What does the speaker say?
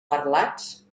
parlats